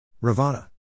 Ravana